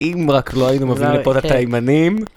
אם רק לא היינו מבינים לפה את התימנים.